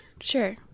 Sure